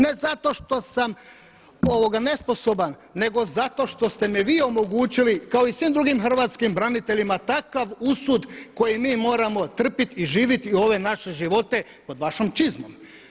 Ne zato što sam ovoga nesposoban nego zato što ste mi vi omogućili kao i svim drugim hrvatskim braniteljima takav usud koji mi moramo trpiti i živjeti ove naše živote pod vašom čizmom.